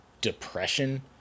depression